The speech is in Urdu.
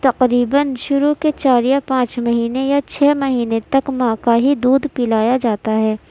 تقریباً شروع کے چار یا پانچ مہینے یا چھ مہینے تک ماں کا ہی دودھ پلایا جاتا ہے